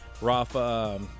Rafa